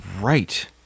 right